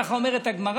ככה אומרת הגמרא,